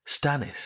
Stannis